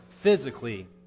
physically